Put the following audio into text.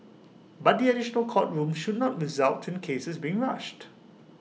but the additional court rooms should not result in cases being rushed